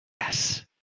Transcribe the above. Yes